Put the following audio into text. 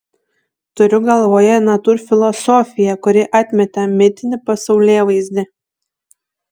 turiu galvoje natūrfilosofiją kuri atmetė mitinį pasaulėvaizdį